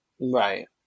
Right